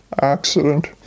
accident